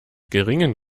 geringen